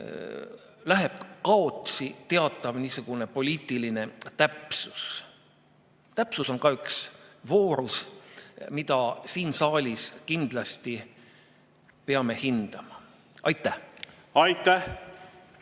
läheb kaotsi teatav poliitiline täpsus. Täpsus on ka üks voorus, mida me siin saalis kindlasti peame hindama. Aitäh!